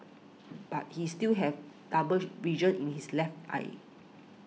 but he still have double vision in his left eye